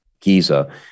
Giza